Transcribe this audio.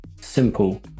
simple